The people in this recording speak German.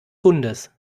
hundes